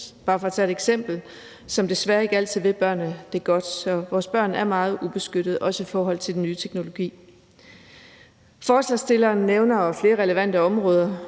bare for at tage et eksempel – som desværre ikke altid vil børnene det godt. Så vores børn er meget ubeskyttede, også i forhold til den nye teknologi. Forslagsstillerne nævner flere relevante områder,